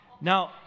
Now